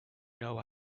know